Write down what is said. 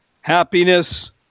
happiness